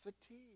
fatigue